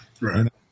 Right